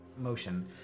Motion